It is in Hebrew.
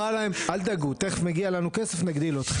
נאמר להם אל תדאגו תכף מגיע לנו כסף ונגדיל אתכם.